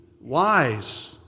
wise